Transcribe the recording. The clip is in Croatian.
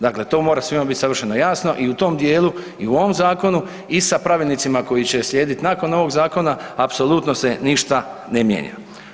Dakle to mora svima biti savršeno jasno i u tom dijelu i u ovom zakonu i sa pravilnicima koji će slijediti nakon ovoga zakona apsolutno se ništa ne mijenja.